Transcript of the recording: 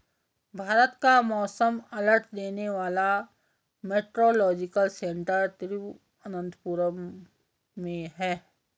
भारत का मौसम अलर्ट देने वाला मेट्रोलॉजिकल सेंटर तिरुवंतपुरम में है